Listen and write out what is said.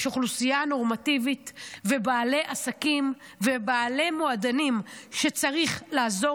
יש אוכלוסייה נורמטיבית ובעלי עסקים ובעלי מועדונים שצריך לעזור